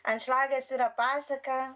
anšlagas yra pasaka